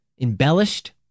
embellished